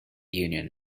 union